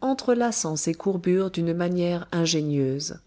entrelaçant ses courbures d'une manière ingénieuse